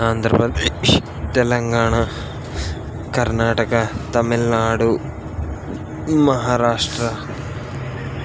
Andhra Pradesh Telangana Karnataka Tamil Nadu Maharashtra